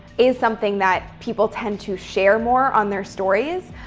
is something that people tend to share more on their stories,